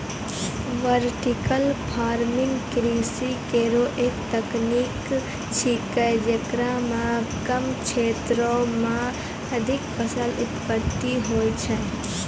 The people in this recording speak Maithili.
वर्टिकल फार्मिंग कृषि केरो एक तकनीक छिकै, जेकरा म कम क्षेत्रो में अधिक फसल उत्पादित होय छै